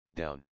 down